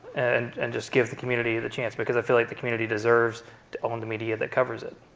and and just give the community the chance because i feel like the community deserves to own the media that covers it.